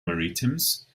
maritimes